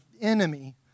enemy